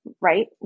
Right